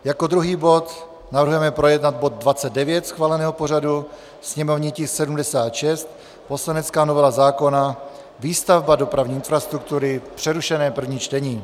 Jako druhý bod navrhujeme projednat bod 29 schváleného pořadu, sněmovní tisk 76, poslanecká novela zákona, výstavba dopravní infrastruktury, přerušené první čtení.